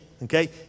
Okay